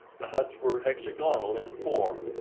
the huts were hexagonal in form,